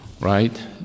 right